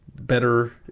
better